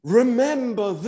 remember